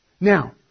now